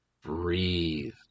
Breathe